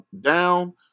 down